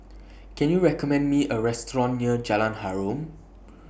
Can YOU recommend Me A Restaurant near Jalan Harum